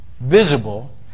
visible